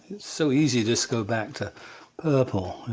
so easy to just go back to purple,